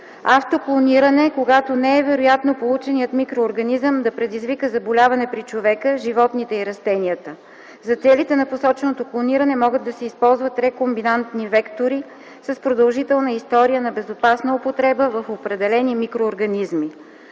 автоклониране, когато не е вероятно полученият микроорганизъм да предизвика заболяване при човека, животните и растенията; за целите на посоченото клониране могат да се използват рекомбинантни вектори с продължителна история на безопасна употреба в определени микроорганизми;